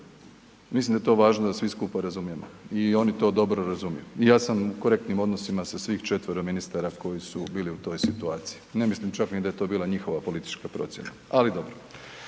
Mislim da je to važno da svi skupa razumijemo i oni to dobro razumiju i ja sam u korektnim odnosima sa svih četvero ministara koji su bili u toj situaciji. Ne mislim čak ni da je to bila njihova politička procjena, ali dobro.